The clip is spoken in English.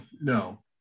No